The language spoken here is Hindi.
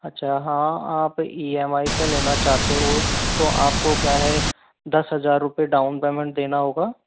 अच्छा हाँ आप ई एम आई पर लेना चाहते हो तो आपको क्या है दस हजार रुपए डाउन पेमेट देना होगा